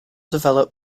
develop